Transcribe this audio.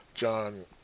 John